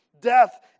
death